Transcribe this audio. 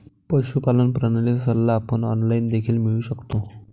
पशुपालन प्रणालीचा सल्ला आपण ऑनलाइन देखील मिळवू शकतो